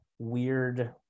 Weird